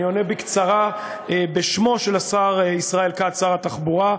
אני עונה בקצרה בשמו של השר ישראל כץ, שר התחבורה.